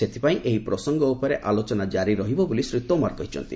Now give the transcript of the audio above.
ସେଥିପାଇଁ ଏହି ପ୍ରସଙ୍ଗ ଉପରେ ଆଲୋଚନା କାରି ରହିବ ବୋଲି ଶ୍ରୀ ତୋମାର କହିଚ୍ଛନ୍ତି